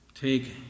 Take